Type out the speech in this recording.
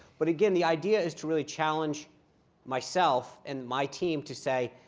but again, the idea is to really challenge myself and my team to say,